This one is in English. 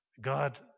God